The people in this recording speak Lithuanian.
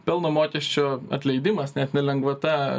pelno mokesčio atleidimas net ne lengvata